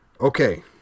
okay